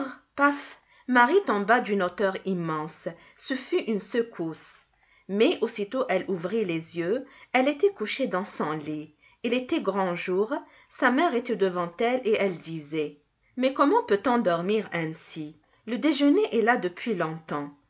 marie tomba d'une hauteur immense ce fut une secousse mais aussitôt elle ouvrit les yeux elle était couchée dans son lit il était grand jour sa mère était devant elle et elle disait mais comment peut-on dormir ainsi le déjeuner est là depuis longtemps